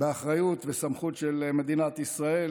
באחריות וסמכות של מדינת ישראל,